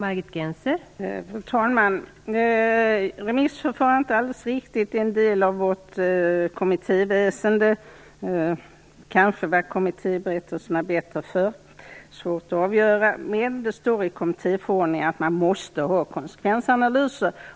Fru talman! Det är alldeles riktigt att remissförfarandet är en del av vårt kommittéväsende. Kanske var kommittéberättelserna bättre förr - det är svårt att avgöra - men det stadgas i kommittéförordningen att man måste ha konsekvensanalyser.